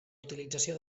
utilització